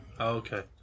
okay